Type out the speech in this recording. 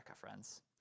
friends